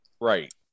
Right